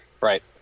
right